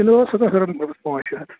Innova سُہ پانژھ شےٚ ہتھ